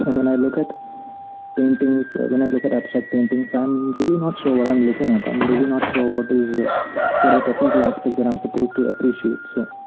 ah when i look at paintings when i look at abstract paintings, i'm really not sure what i'm looking at. i'm really not sure what is ah what are technical aspects that i'm supposed to appreciate. so,